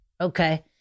Okay